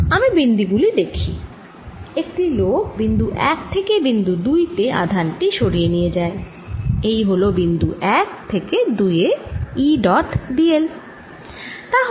আমি বিন্দু গুলি দেখি একটি লোক বিন্দু 1 থেকে বিন্দু 2 তে আধান টি সরিয়ে নিয়ে যায় এই হল বিন্দু 1 থেকে 2 এ E ডট d l